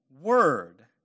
word